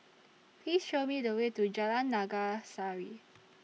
Please Show Me The Way to Jalan Naga Sari